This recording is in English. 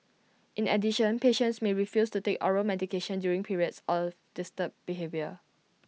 in addition patients may refuse to take oral medications during periods of disturbed behaviour